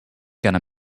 gonna